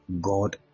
God